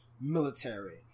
military